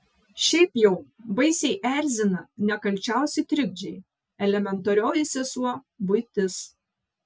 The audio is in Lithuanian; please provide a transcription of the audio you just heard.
šiaip jau baisiai erzina nekalčiausi trikdžiai elementarioji sesuo buitis